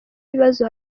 ikibazo